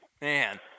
Man